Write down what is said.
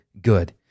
Good